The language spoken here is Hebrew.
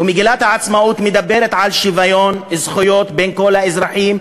ומגילת העצמאות מדברת על שוויון זכויות בין כל האזרחים,